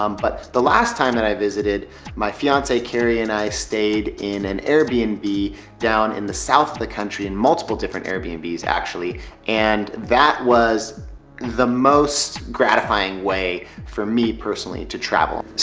um but the last time that i visited my fiancee carrie and i stayed in an air b and b down in the south of the country in multiple different airbnbs actually and that was the most gratifying way for me personally to travel.